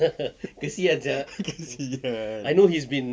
kesian